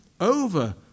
over